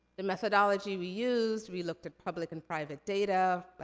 the methodology we used. we looked at public and private data,